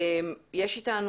שירלי